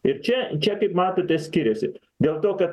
ir čia čia kaip matote skiriasi dėl to kad